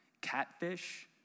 catfish